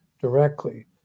directly